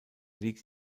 liegt